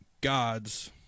gods